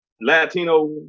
Latino